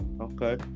okay